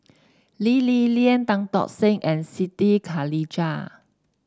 Lee Li Lian Tan Tock Seng and Siti Khalijah